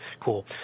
cool